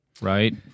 right